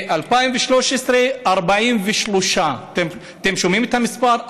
ב-2013, 43. אתם שומעים את המספר?